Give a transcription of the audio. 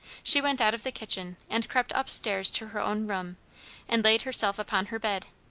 she went out of the kitchen and crept up-stairs to her own room and laid herself upon her bed.